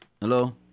hello